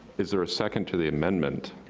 is there a second to the amendment?